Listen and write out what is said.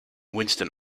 winston